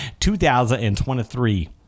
2023